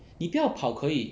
你不要跑可以